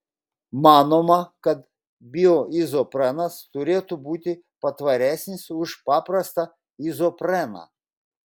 manoma kad bioizoprenas turėtų būti patvaresnis už paprastą izopreną